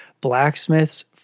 blacksmiths